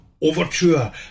Overture